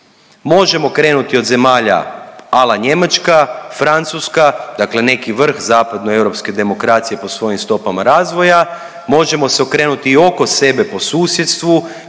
Možemo krenuti od zemalja ala Njemačka, Francuska, dakle neki vrh zapadno-europske demokracije po svojim stopama razvoja. Možemo se okrenuti i oko sebe po susjedstvu